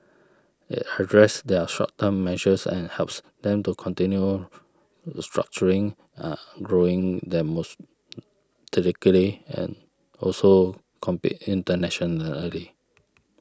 it addresses their short term measures and helps them to continue structuring and growing and also compete internationally